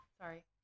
sorry